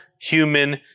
human